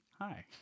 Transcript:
Hi